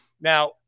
Now